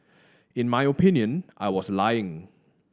in my opinion I was lying